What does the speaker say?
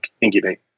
incubate